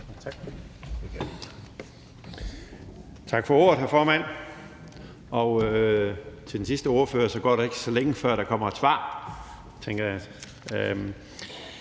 Tak for ordet, hr. formand. Ligesom den sidste ordfører tænker jeg, at der ikke går så længe, før der kommer et svar.